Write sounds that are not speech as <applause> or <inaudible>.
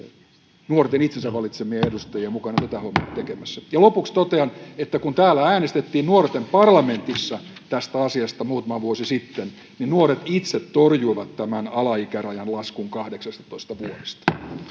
nuorten itsensä valitsemia edustajia mukana tätä hommaa tekemässä. <noise> Lopuksi totean, että kun täällä äänestettiin Nuorten parlamentissa tästä asiasta muutama vuosi sitten, nuoret itse torjuivat tämän alaikärajan laskun 18 vuodesta.